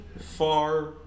far